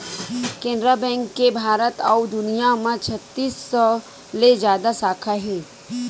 Canara bank के भारत अउ दुनिया म छत्तीस सौ ले जादा साखा हे